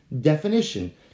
definition